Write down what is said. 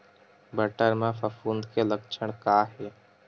बटर म फफूंद के लक्षण का हे?